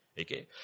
Okay